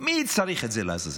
מי צריך את זה לעזאזל?